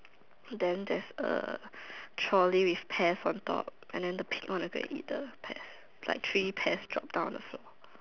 then there's a trolley with pears on top and then the pig go and eat the pears like three pears drop on the floor